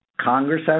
Congress